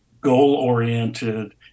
goal-oriented